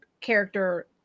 character